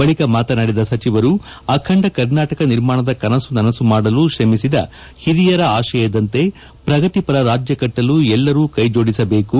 ಬಳಕ ಮಾತನಾಡಿದ ಸಚಿವರು ಅಖಂಡ ಕರ್ನಾಟಕ ನಿರ್ಮಾಣದ ಕನಸು ನನಸು ಮಾಡಲು ತ್ರಮಿಸಿದ ಹಿರಿಯರ ಆಶಯದಂತೆ ಪ್ರಗತಿ ಪರ ರಾಜ್ಜ ಕಟ್ಟಲು ಎಲ್ಲರೂ ಕೈಜೋಡಿಸಬೇಕು